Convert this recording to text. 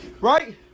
Right